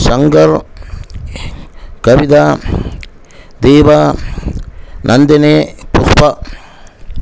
Shankar Kavitha Deepa Nandini Pushpa